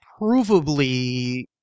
provably